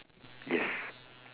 yes